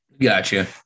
Gotcha